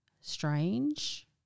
strange